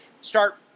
Start